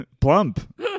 plump